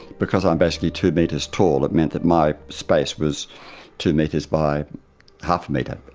because i am basically two metres tall, it meant that my space was two metres by half a metre,